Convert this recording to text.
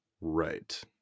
Right